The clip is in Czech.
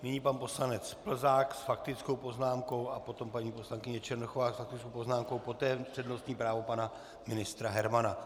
Nyní pan poslanec Plzák s faktickou poznámkou a potom paní poslankyně Černochová s faktickou poznámkou, poté přednostní právo pana ministra Hermana.